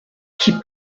qui